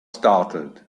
startled